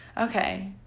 Okay